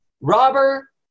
robber